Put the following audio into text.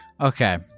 Okay